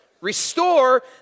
Restore